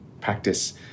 practice